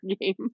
game